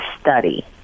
study